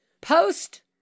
Post